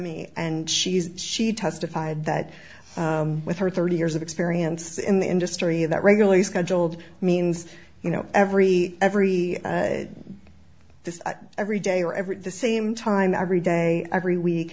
y and she's she testified that with her thirty years of experience in the industry that regularly scheduled means you know every every every day or every day the same time every day every week